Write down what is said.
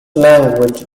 language